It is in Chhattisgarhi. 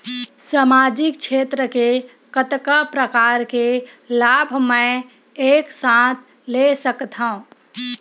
सामाजिक क्षेत्र के कतका प्रकार के लाभ मै एक साथ ले सकथव?